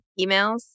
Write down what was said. emails